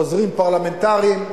עוזרים פרלמנטריים,